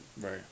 Right